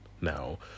now